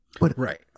Right